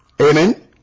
Amen